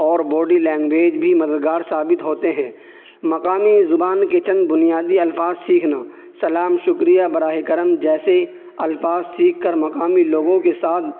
اور body language بھی مددگار ثابت ہوتے ہیں مقامی زبان کے چند بنیادی الفاظ سیکھنا سلام شکریہ براہ کرم جیسے الفاظ سیکھ کر مقامی لوگوں کے ساتھ